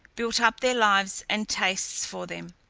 built up their lives and tastes for them,